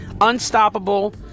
unstoppable